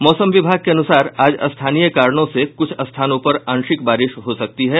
मौसम विभाग के अनुसार आज स्थानीय कारणों से कुछ स्थानों पर आंशिक बारिश हो सकती है